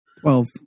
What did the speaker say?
Twelve